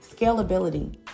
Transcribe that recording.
scalability